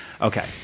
Okay